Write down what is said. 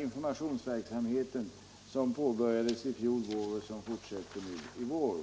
informationsverksamhet som påbörjades förra våren och fortsätter nu i vår.